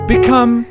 Become